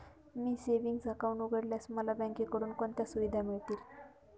मी savings account उघडल्यास मला बँकेकडून कोणत्या सुविधा मिळतील?